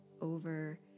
over